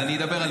אז אני אדבר על